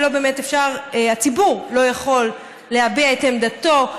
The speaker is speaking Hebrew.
שהציבור לא יכול להביע את עמדתו,